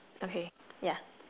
okay yeah